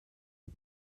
die